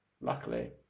luckily